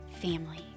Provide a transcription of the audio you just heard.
family